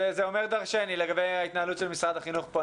אומר דרשני לגבי ההתנהלות של משרד החינוך פה.